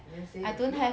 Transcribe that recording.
then say the few lah